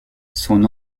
son